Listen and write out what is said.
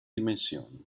dimensioni